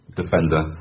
defender